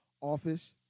office